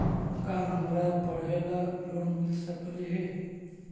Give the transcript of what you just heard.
का हमरा पढ़े ल लोन मिल सकले हे?